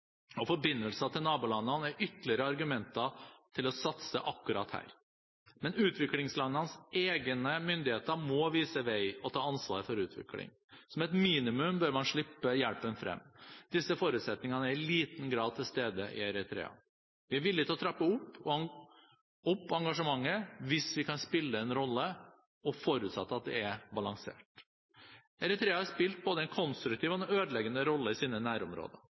og forbindelser til nabolandene er ytterligere argumenter for å satse akkurat her. Men utviklingslandenes egne myndigheter må vise vei og ta ansvar for utvikling. Som et minimum bør man slippe hjelpen frem. Disse forutsetningene er i liten grad til stede i Eritrea. Vi er villig til å trappe opp engasjementet hvis vi kan spille en rolle, forutsatt at det er balansert. Eritrea har spilt både en konstruktiv og en ødeleggende rolle i sine nærområder.